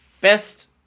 best